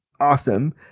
awesome